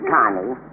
Connie